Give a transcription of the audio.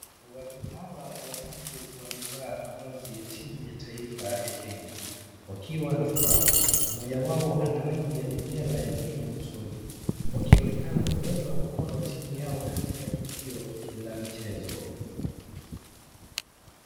Watu hawa watatu wamevaa mavazi ya timu ya taifa ya Kenya wakiwa na furaha. Moja wao ana rangi ya bendera ya Kenya usoni, wakionekana kuuga mkono timu yao katika tukio la michezo.